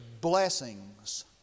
blessings